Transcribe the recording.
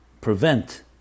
prevent